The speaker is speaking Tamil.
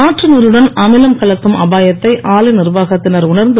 ஆற்று நீருடன் அமிலம் கலக்கும் அபாயத்தை ஆலை நிர்வாகத்தினர் உணர்ந்து